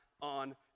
on